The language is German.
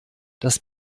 das